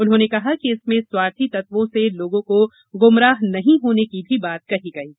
उन्होंने कहा कि इसमें स्वार्थी तत्वों से लोगों को गुमराह नहीं होने की भी बात कही गई है